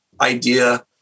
idea